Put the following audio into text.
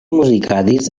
muzikadis